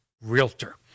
realtor